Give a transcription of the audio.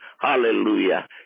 hallelujah